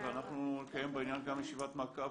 אנחנו נקיים בעניין גם ישיבת מעקב,